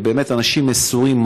באמת אנשים מסורים,